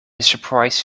surprise